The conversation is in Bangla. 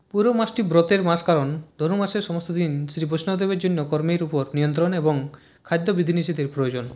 পুরো মাসটি ব্রতের মাস কারণ ধনুর্মাসের সমস্ত দিন শ্রী বৈষ্ণবদের জন্য কর্মের উপর নিয়ন্ত্রণ এবং খাদ্য বিধিনিষেধের প্রয়োজন